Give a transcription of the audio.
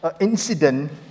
incident